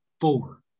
four